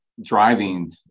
driving